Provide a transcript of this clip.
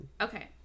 Okay